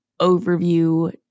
overview